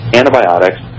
antibiotics